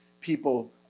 people